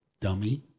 Dummy